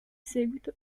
seguito